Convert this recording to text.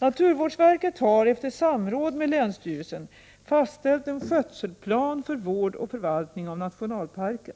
Naturvårdsverket har, efter samråd med länsstyrelsen, fastställt en skötselplan för vård och förvaltning av nationalparken.